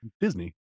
Disney